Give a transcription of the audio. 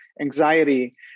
anxiety